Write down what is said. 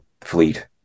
fleet